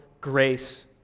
grace